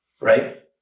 right